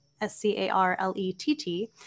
S-C-A-R-L-E-T-T